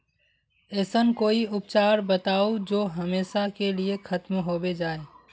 ऐसन कोई उपचार बताऊं जो हमेशा के लिए खत्म होबे जाए?